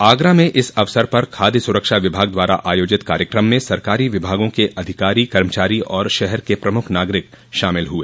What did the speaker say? आगरा में इस अवसर पर खाद्य सुरक्षा विभाग द्वारा आयोजित कार्यक्रम में सरकारी विभागों के अधिकारी कर्मचारी और शहर के प्रमुख नागरिक शामिल हुए